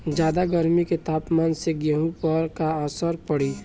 ज्यादा गर्मी के तापमान से गेहूँ पर का असर पड़ी?